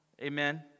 Amen